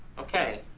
okay